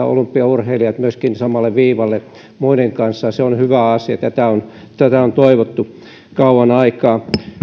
olympiaurheilijat samalle viivalle muiden kanssa se on hyvä asia tätä on tätä on toivottu kauan aikaa